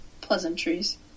pleasantries